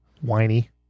Whiny